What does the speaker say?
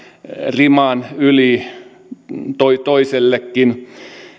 riman yli toisellekin